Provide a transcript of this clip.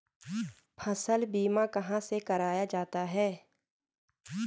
फसल बीमा कहाँ से कराया जाता है?